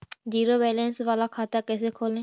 Zero balance बाला खाता कैसे खोले?